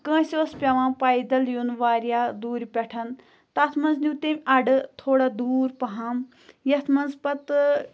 کٲنٛسہِ اوس پٮ۪وان پیدَل یُن واریاہ دوٗرِ پٮ۪ٹھ تَتھ منٛز نیوٗ تٔمۍ اَڈٕ تھوڑا دوٗر پَہَم یَتھ منٛز پَتہٕ